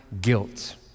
guilt